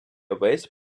весь